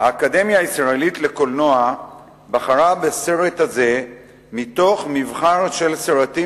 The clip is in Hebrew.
האקדמיה הישראלית לקולנוע בחרה בסרט הזה מתוך מבחר של סרטים